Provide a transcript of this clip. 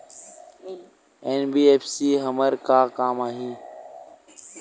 NBFC हमर का काम आही?